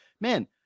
man